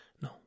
No